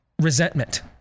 resentment